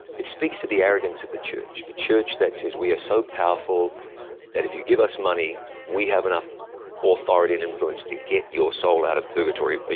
it speaks to the arrogance of the church. the church that says we are so powerful that if you give us money, we have enough authority and influence to get your soul out of purgatory, ah